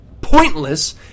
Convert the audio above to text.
pointless